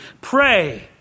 Pray